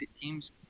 teams